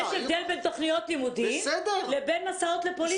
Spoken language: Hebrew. יש הבדל בין תוכניות לימודים לבין מסעות לפולין.